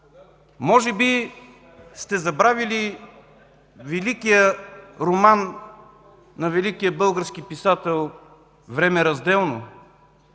Може би сте забравили великия роман на великия български писател „Време разделно”?